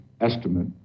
estimate